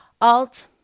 Alt